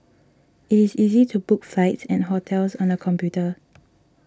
it is easy to book flights and hotels on the computer